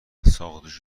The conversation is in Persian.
ساقدوش